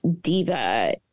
diva